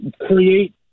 create